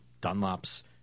Dunlop's